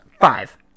five